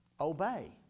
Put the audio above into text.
Obey